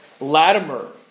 Latimer